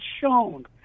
shown